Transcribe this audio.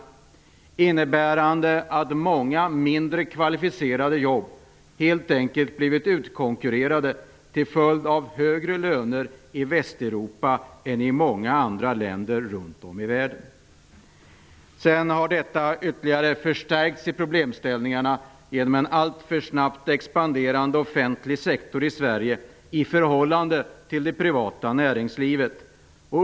Det innebär att många mindre kvalificerade jobb helt enkelt blivit utkonkurrerade till följd av högre löner i Västeuropa än i många andra länder runt om i världen. Problemen har ytterligare förstärkts genom en alltför snabbt expanderande offentlig sektor i Sverige, i förhållande till det privata näringslivet.